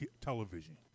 television